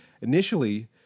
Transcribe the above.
initially